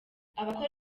abakora